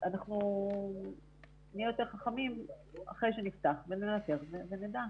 אנחנו נהיה יותר חכמים אחרי שנפתח וננטר ונדע.